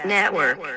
Network